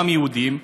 גם יהודים.